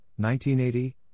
1980